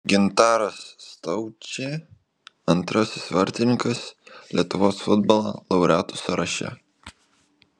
gintaras staučė antrasis vartininkas lietuvos futbolo laureatų sąraše